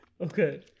Okay